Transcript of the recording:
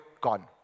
gone